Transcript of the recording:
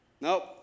Nope